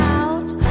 out